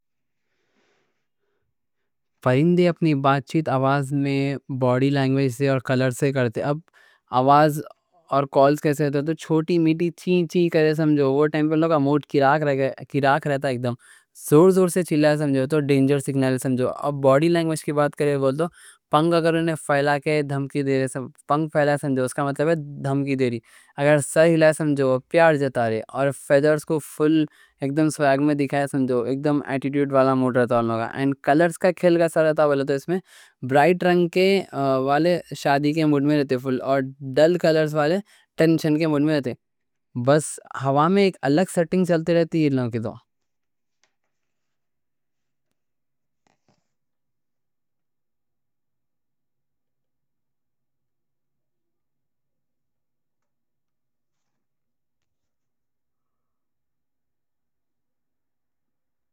پرندے اپنی بات چیت آواز میں، باڈی لینگویج سے، اور کلرز سے کرتے. اب آواز اور کالز کیسے ہوتے، تو چھوٹی موٹی چیں چیں کریں سمجھو، وہ ٹائم پر اُن کا موڈ کیراک رہتا ایک دم. زور زور سے چلّا سمجھو تو ڈینجر سگنل سمجھو. اب باڈی لینگویج کی بات کریں بولے تو، پنکھ اگر پھیلا کے دھمکی دے رہے سمجھو، پنکھ پھیلا سمجھو، اس کا مطلب ہے دھمکی دے رہی. اگر سر ہلا سمجھو، پیار جتا رہے. اور فیذرز کو فُل ایک دم سویگ میں دکھایا سمجھو، ایک دم اٹیٹیوٹ والا موڈ رہتا. اور کلرز کا بولے تو، اس میں برائٹ رنگ والے شادی کے موڈ میں رہتے، اور ڈَل کلرز والے ٹینشن کے موڈ میں رہتے.